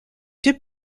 deux